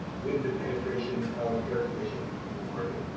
with the penetration of air conditioning in the market.